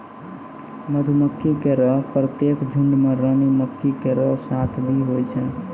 मधुमक्खी केरो प्रत्येक झुंड में रानी मक्खी केरो साथ भी होय छै